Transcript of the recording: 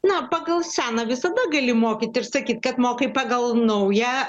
na pagal seną visada gali mokyt ir sakyt kad mokai pagal naują